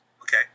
Okay